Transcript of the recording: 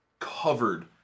covered